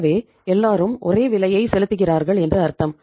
எனவே எல்லோரும் ஒரே விலையை செலுத்துகிறார்கள் என்று அர்த்தம்